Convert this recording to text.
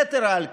יתר על כן,